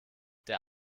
der